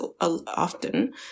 often